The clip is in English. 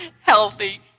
Healthy